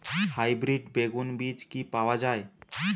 Hybrid বেগুন বীজ কি পাওয়া য়ায়?